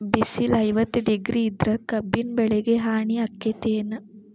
ಬಿಸಿಲ ಐವತ್ತ ಡಿಗ್ರಿ ಇದ್ರ ಕಬ್ಬಿನ ಬೆಳಿಗೆ ಹಾನಿ ಆಕೆತ್ತಿ ಏನ್?